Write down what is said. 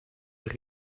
ihre